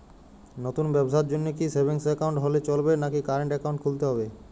নতুন ব্যবসার জন্যে কি সেভিংস একাউন্ট হলে চলবে নাকি কারেন্ট একাউন্ট খুলতে হবে?